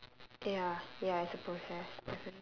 ya ya it's a process definitely